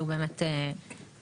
שהוא באמת שותף,